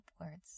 upwards